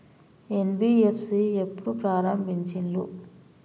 NBFC ఎప్పుడు ప్రారంభించిల్లు?